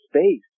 space